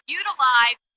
utilize